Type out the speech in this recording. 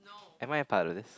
am I a part of this